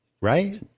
right